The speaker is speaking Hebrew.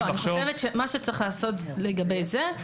אני חושבת שמה שצריך לעשות לגבי זה,